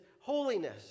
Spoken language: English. holiness